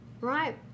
Right